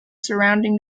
surrounding